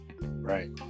Right